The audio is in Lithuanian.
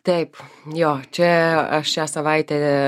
taip jo čia aš šią savaitę